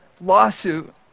lawsuit